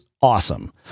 Awesome